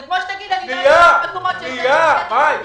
זה כמו שתגיד --- שנייה, מאי.